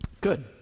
good